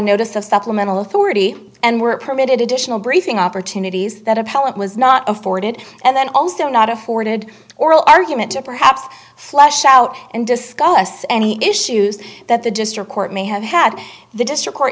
notice of supplemental authority and were permitted additional briefing opportunities that appellant was not afforded and then also not afforded oral argument to perhaps flesh out and discuss any issues that the district court may have had the district court